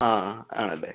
ആ ആണല്ലെ